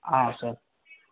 sir